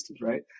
Right